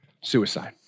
suicide